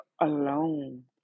alone